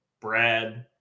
Brad